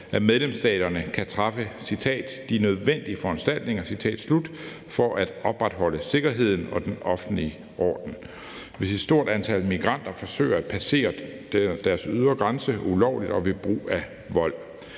at medlemsstaterne kan træffe »de nødvendige foranstaltninger« for at opretholde sikkerheden og den offentlige orden, hvis et stort antal migranter forsøger at passere deres ydre grænse ulovligt og ved brug af vold.